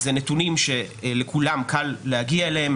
אלה נתונים שלכולם קל להגיע אליהם,